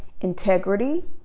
integrity